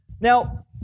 Now